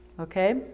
Okay